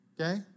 okay